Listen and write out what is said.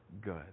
good